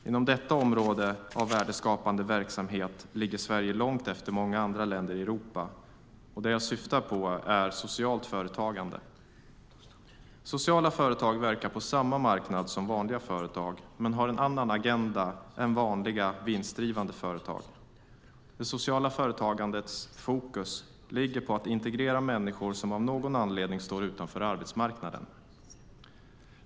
Inom detta område av värdeskapande verksamheter ligger Sverige långt efter många andra länder i Europa. Det jag syftar på är socialt företagande. Sociala företag verkar på samma marknad som vanliga företag men har en annan agenda än vanliga vinstdrivande företag. Det sociala företagandets fokus ligger på att integrera människor som av någon anledning står utanför arbetsmarknaden.